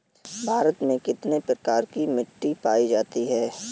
भारत में कितने प्रकार की मिट्टी पाई जाती है?